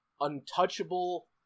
untouchable